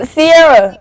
Sierra